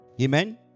Amen